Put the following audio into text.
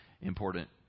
important